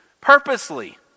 purposely